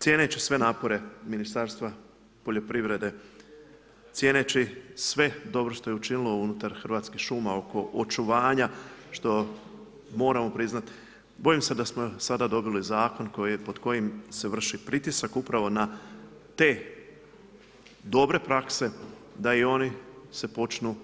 Cijeneći sve napore Ministarstva poljoprivrede, cijeneći sve dobro što je učinilo unutar Hrvatskih šuma oko očuvanja što moramo priznati, bojim se da smo sada dobili zakon pod kojim se vrši pritisak upravo na te dobre prakse da i oni se počnu